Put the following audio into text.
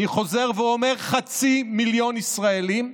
אני חוזר ואומר: חצי מיליון ישראלים.